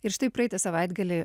ir štai praeitą savaitgalį